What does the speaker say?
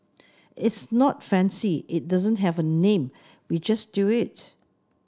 it's not fancy it doesn't have a name we just do it